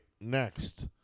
Next